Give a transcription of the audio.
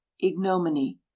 ignominy